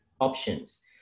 options